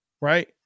right